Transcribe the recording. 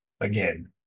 again